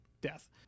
death